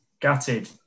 gutted